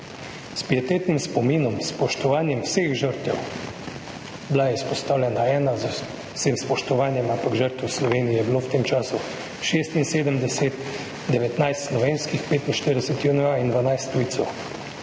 S pietetnim spominom, s spoštovanjem vseh žrtev – izpostavljena je bila ena, z vsem spoštovanjem, ampak žrtev v Sloveniji je bilo v tem času 76, 19 slovenskih, 45 JNA in 12 tujcev